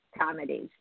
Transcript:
comedies